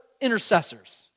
intercessors